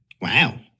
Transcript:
Wow